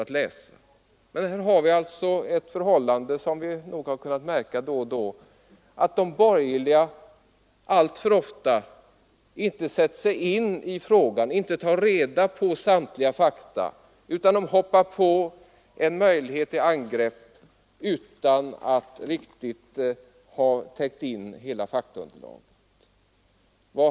Det är ett förhållande, som vi då och då kunnat märka, att de borgerliga ofta underlåter att ta reda på samtliga fakta i den fråga det gäller och gärna hoppar på en möjlighet till angrepp utan att riktigt ha täckt in hela faktaunderlaget.